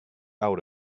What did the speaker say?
out